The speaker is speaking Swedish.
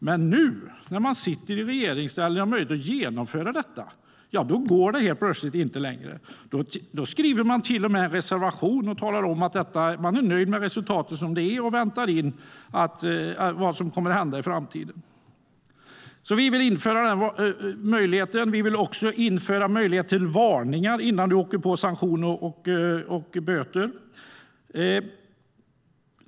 Men nu när de sitter i regeringsställning och har möjlighet att genomföra detta går det helt plötsligt inte längre. Då skriver de till och med en reservation och talar om att de är nöjda med resultatet som det är och väntar in vad som kommer att hända i framtiden. Vi vill införa denna möjlighet. Vi vill också införa möjlighet till varningar innan man drabbas av sanktioner och böter.